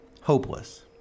hopeless